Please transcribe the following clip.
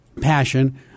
passion